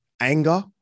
anger